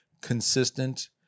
consistent